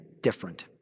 different